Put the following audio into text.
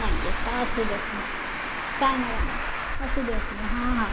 नाही आहेत का असूदे असूदे काही नाही काही नाही असूदे असूदे हां हां